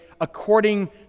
according